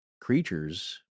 creatures